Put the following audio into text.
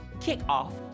kick-off